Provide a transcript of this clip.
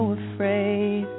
afraid